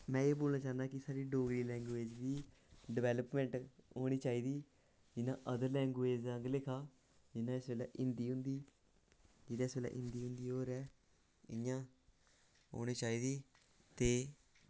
में एह् बोलना चाह्नां की साढ़ी डोगरी लैंग्वेज गी डेवेल्पमेंट होना चाहिदी जि'यां अदर लैंग्वेज आह्ले लेखा जि'यां इस बेल्लै हिंदी होंदी ते जिस हिंदी इस बेल्लै होर ऐ इं'या होनी चाहिदी ते